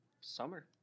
summer